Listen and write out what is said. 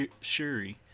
Shuri